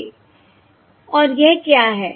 और यह क्या है